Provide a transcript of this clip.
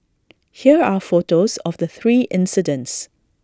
here are photos of the three incidents